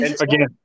Again